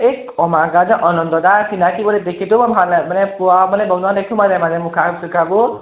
এই কমাৰ গাঁৱৰ যে অনন্তদা চিনাকি তেখেতো বৰ ভাল হয় মানে মানে বনোৱা দেখো মানে মাজে মাজে মুখা চুখাবোৰ